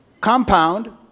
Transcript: compound